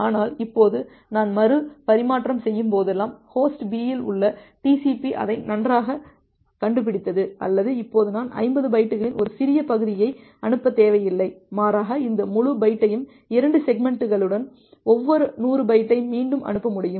ஆனால் இப்போது நான் மறுபரிமாற்றம் செய்யும்போதெல்லாம் ஹோஸ்ட் B இல் உள்ள TCP அதை நன்றாகக் கண்டுபிடித்தது அல்லது இப்போது நான் 50 பைட்டுகளின் ஒரு சிறிய பகுதியை அனுப்பத் தேவையில்லை மாறாக இந்த முழு பைட்டையும் 2 செக்மெண்ட்களுடன் ஒவ்வொரு 100 பைட்டை மீண்டும் அனுப்ப முடியும்